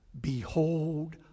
Behold